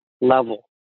level